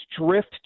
drift